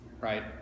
right